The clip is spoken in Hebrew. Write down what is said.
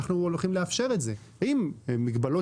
אנחנו הולכים לאפשר את זה עם מגבלות